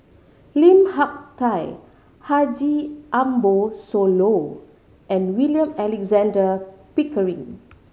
Lim Hak Tai Haji Ambo Sooloh and William Alexander Pickering